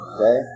Okay